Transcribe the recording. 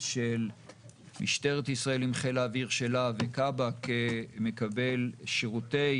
של משטרת ישראל עם חיל האוויר שלה וכב"ה כמקבל שירותי